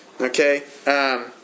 Okay